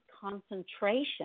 concentration